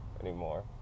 anymore